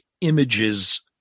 images